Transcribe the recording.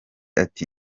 ati